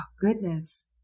goodness